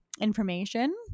information